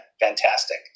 fantastic